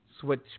switch